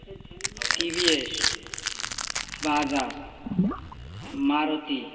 TVS Bajaj Maruti